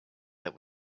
that